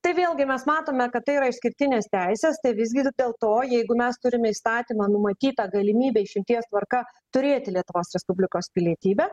tai vėlgi mes matome kad tai yra išskirtinės teisės visgi dėl to jeigu mes turime įstatyme numatytą galimybę išimties tvarka turėti lietuvos respublikos pilietybę